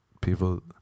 people